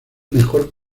mejor